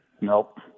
Nope